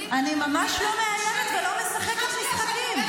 --- אני ממש לא מאיימת ולא משחקת משחקים.